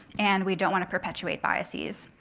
and we don't want to perpetuate biases.